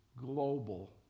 global